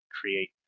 create